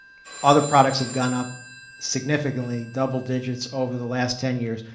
other products have gone up significantly, double digits, over the last ten years,